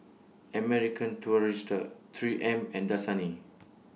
American Tourister three M and Dasani